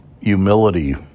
humility